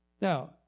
Now